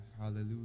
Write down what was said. hallelujah